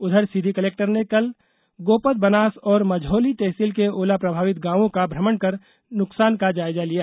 उधर सीधी कलेक्टर ने कल गोपदबनास और मझौली तहसील के ओलाप्रभावित गांवों का भ्रमण कर नुकसान का जायजा लिया